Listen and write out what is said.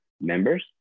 members